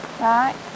Right